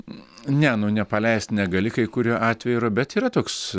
ne nu nepaleist negali kai kuriuo atveju yra bet yra toks